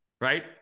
right